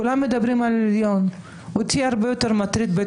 כולם מדברים על בית המשפט העליון אבל אותי מטריד בית